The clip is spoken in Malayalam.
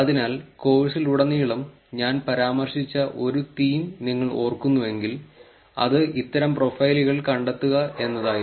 അതിനാൽ കോഴ്സിലുടനീളം ഞാൻ പരാമർശിച്ച ഒരു തീം നിങ്ങൾ ഓർക്കുന്നുവെങ്കിൽ അത് ഇത്തരം പ്രൊഫൈലുകൾ കണ്ടെത്തുക എന്നതായിരുന്നു